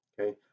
okay